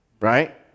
right